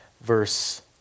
verse